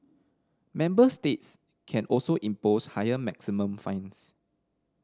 member states can also impose higher maximum fines